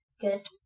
Good